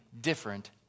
different